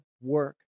work